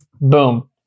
boom